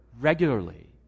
regularly